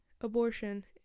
abortion